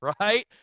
right